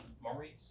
Maurice